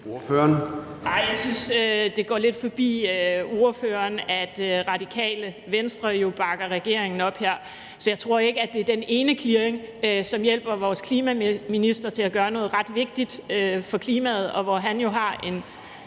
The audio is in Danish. opmærksomhed lidt forbi, at Radikale Venstre jo bakker regeringen op her. Så jeg tror ikke, at det er den ene clearing, som hjælper vores klimaminister til at gøre noget ret vigtigt for klimaet, hvor han jo har en